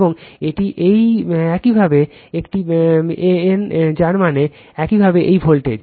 এবং এটি এই একইভাবে একটি এন যার মানে একইভাবে এই ভোল্টেজ